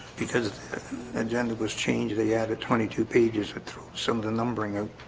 because agenda was changed. they added twenty two pages with some of the numbering and